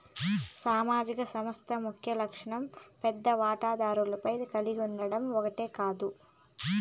సామాజిక సంస్థ ముఖ్యలక్ష్యం పెద్ద వాటాదారులే కలిగుండడం ఓట్ కాదు